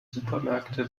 supermärkte